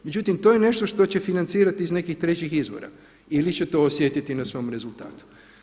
Međutim, to je nešto što će financirati iz nekih trećih izvora ili će to osjetiti na svom rezultatu.